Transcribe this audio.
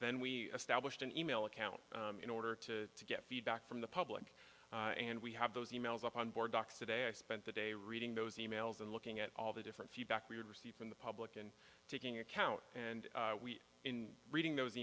then we established an e mail account in order to get feedback from the public and we have those e mails up on board ducks today i spent the day reading those e mails and looking at all the different feedback we had received from the public and taking account and we in reading those